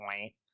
point